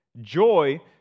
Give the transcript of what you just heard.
joy